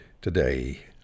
today